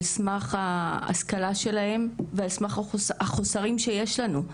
על סמך ההשכלה שלהם, ועל סמך החוסרים שיש לנו.